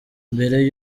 mbere